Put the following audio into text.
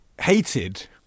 hated